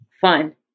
Fun